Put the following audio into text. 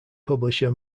publisher